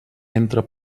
entra